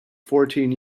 fourteen